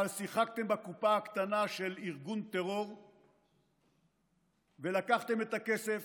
אבל שיחקתם בקופה הקטנה של ארגון טרור ולקחתם את הכסף